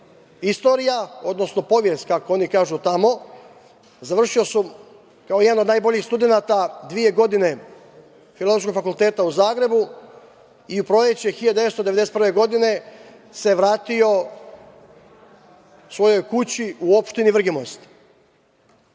istorija, odnosno povjest kako oni kažu tamo. Završio sam kao jedan od najboljih studenata dve godina Filozofskog fakulteta u Zagrebu i u proleće 1991. godine se vratio svojoj kući u opštini Vrginmost. Na